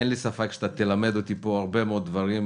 אין לי ספק שאתה תלמד אותי פה הרבה מאוד דברים,